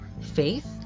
faith